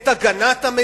את הגנת המדינה,